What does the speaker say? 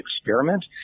experiment